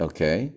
Okay